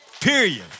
Period